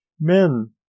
Men